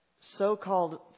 so-called